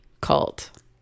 Cult